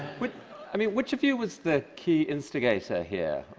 which i mean which of you was the key instigator here,